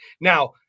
Now